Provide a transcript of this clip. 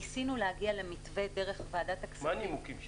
ניסינו להגיע למתווה דרך ועדת הכספים -- מה הנימוקים שלו?